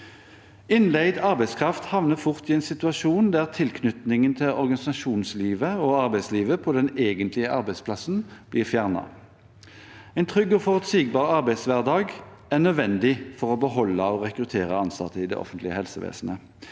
Innleid arbeidskraft havner fort i en situasjon der tilknytningen til organisasjonslivet og arbeidslivet på den egentlige arbeidsplassen blir fjernet. En trygg og forutsigbar arbeidshverdag er nødvendig for å beholde og rekruttere ansatte i det offentlige helsevesenet.